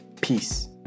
peace